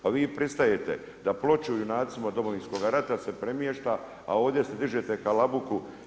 Pa vi pristajete da ploču junacima Domovinskoga rata se premješta, a ovdje dižete halabuku.